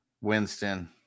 Winston